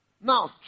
Now